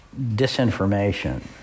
disinformation